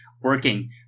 working